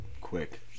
Quick